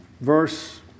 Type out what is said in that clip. verse